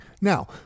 Now